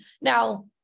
Now